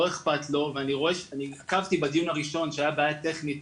לא אכפת לו ואני עקבתי בדיון הראשון שהיה בעיה טכנית